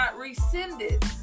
rescinded